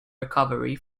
recovery